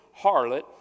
harlot